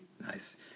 Nice